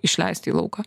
išleisti į lauką